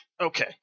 Okay